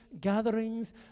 gatherings